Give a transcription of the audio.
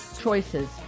choices